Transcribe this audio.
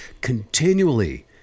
continually